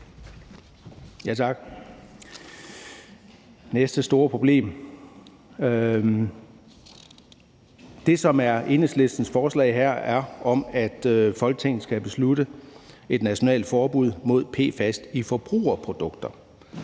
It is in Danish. fat på næste store problem. Det, som er Enhedslistens forslag her, er, at Folketinget skal beslutte et nationalt forbud mod PFAS i forbrugerprodukter.